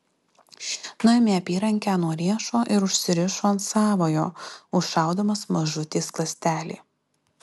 nuėmė apyrankę nuo riešo ir užsirišo ant savojo užšaudamas mažutį skląstelį